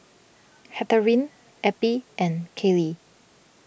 Henriette Eppie and Caylee